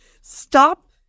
Stop